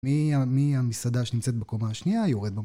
מי המסעדה שנמצאת בקומה השנייה יורד...